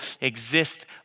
exist